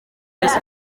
wese